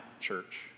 church